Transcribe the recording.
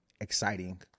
exciting